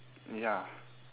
ya